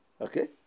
okay